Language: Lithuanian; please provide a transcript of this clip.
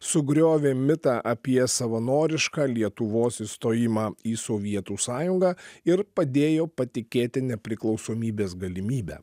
sugriovė mitą apie savanorišką lietuvos įstojimą į sovietų sąjungą ir padėjo patikėti nepriklausomybės galimybe